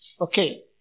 Okay